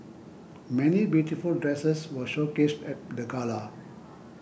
many beautiful dresses were showcased at the gala